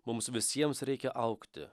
mums visiems reikia augti